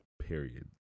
Period